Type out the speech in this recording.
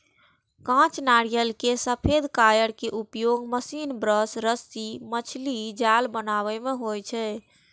कांच नारियल केर सफेद कॉयर के उपयोग महीन ब्रश, रस्सी, मछलीक जाल बनाबै मे होइ छै